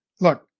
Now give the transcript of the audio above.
look